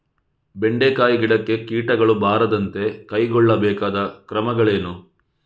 ಬೆಂಡೆಕಾಯಿ ಗಿಡಕ್ಕೆ ಕೀಟಗಳು ಬಾರದಂತೆ ಕೈಗೊಳ್ಳಬೇಕಾದ ಕ್ರಮಗಳೇನು?